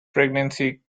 pregnancy